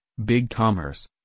BigCommerce